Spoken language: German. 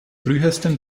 frühesten